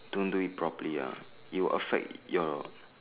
don't do it properly ah it'll affect your